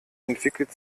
entwickelt